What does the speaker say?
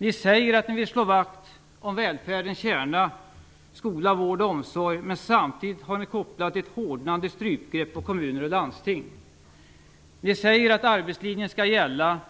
Ni säger att ni vill slå vakt om välfärdens kärna - skola, vård och omsorg - men samtidigt har ni kopplat ett hårdnande strypgrepp på kommuner och landsting. Ni säger att arbetslinjen skall gälla,